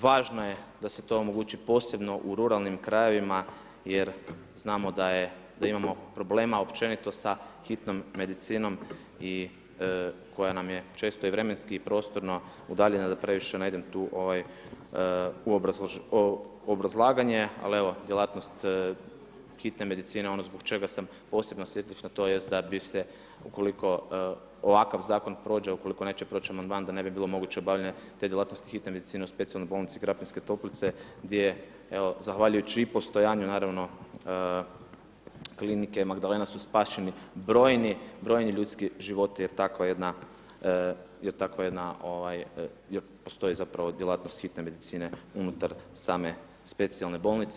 Važno je da se to omogući posebno u ruralnim krajevima jer znamo da imamo problema općenito sa hitnom medicinom koja nam je često i vremenski i prostorno udaljena da previše ne idem tu u obrazlaganje ali evo, djelatnost hitne medicine, ono zbog čega sam posebno osjetljiv na to jest da bi se ukoliko ovakav zakon prođe ukoliko nećete proć amandman da ne bi bilo moguće obavljanje te djelatnosti hitne medicine u Specijalnoj bolnici Krapinske Toplice gdje evo zahvaljujući i postojanju naravno Klinike Magdalena su spašeni brojni ljudski životi, jer takva jedna ovaj postoji zapravo djelatnost hitne medicine unutar same specijalne bolnice.